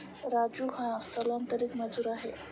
राजू हा स्थलांतरित मजूर आहे